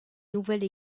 nouvelle